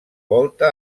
volta